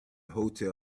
hotel